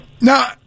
Now